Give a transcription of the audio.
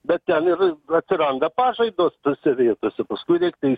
bet ten ir atsiranda pažaidos tose vietose paskui reik tai